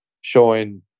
showing